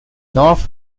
north